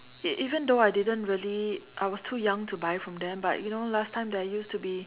even even though I didn't really I was too young to buy from them but you know last time there used to be